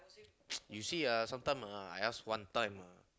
you see [ah]sometimes ah I ask one time ah